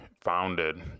founded